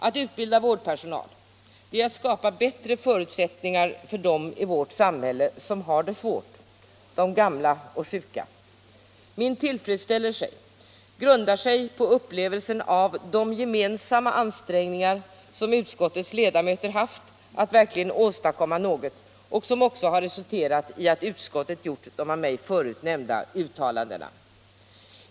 Att utbilda vårdpersonal är att skapa bättre förutsättningar för dem I vårt samhälle som har det svårt, de gamla och sjuka. Min tillfredsställelse grundar sig på upplevelsen av de gemensamma ansträngningar som utskottets ledamöter gjort för att verkligen åstadkomma något, vilket också har resulterat i de av mig förut nämnda uttalandena.